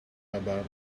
about